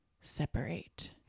separate